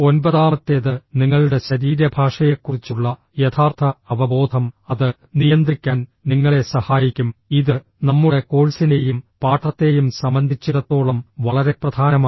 ഒൻപതാമത്തേത് നിങ്ങളുടെ ശരീരഭാഷയെക്കുറിച്ചുള്ള യഥാർത്ഥ അവബോധം അത് നിയന്ത്രിക്കാൻ നിങ്ങളെ സഹായിക്കും ഇത് നമ്മുടെ കോഴ്സിനെയും പാഠത്തെയും സംബന്ധിച്ചിടത്തോളം വളരെ പ്രധാനമാണ്